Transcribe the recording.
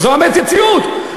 זו המציאות.